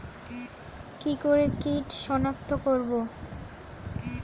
কি করে কিট শনাক্ত করব?